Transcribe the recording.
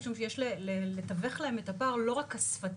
משום שיש לתווך להם את הפער, לא רק השפתי.